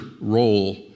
role